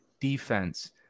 defense